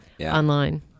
online